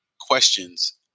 questions